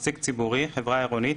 "מעסיק ציבורי" חברה עירונית,